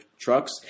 trucks